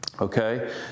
Okay